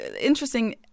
interesting